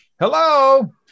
hello